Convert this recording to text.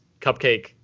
cupcake